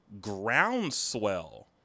groundswell